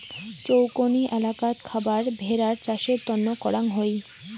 চৌকনি এলাকাত খাবার ভেড়ার চাষের তন্ন করাং হই